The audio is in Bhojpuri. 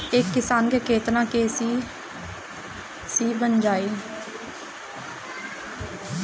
एक किसान के केतना के.सी.सी बन जाइ?